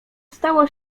stało